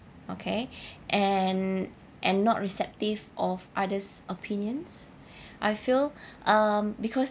okay and and not receptive of others' opinions I feel um because